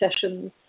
sessions